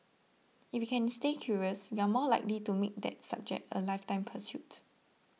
if we can stay curious we are more likely to make that subject a lifetime pursuit